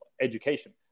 education